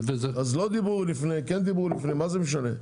אז לא דיברו לפני, כן דיברו לפני, מה זה משנה.